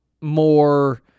more